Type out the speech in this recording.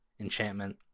enchantment